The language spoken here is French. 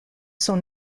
son